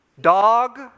dog